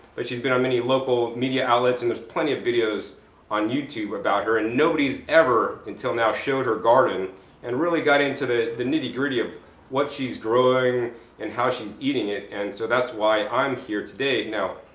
but she's been on many local media outlets and they have plenty of videos on youtube about her. and nobody's ever until now showed her garden and really got into the the nitty gritty of what she's growing and how she's eating it. and so that's why i'm here today now.